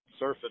surfing